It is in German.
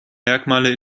merkmale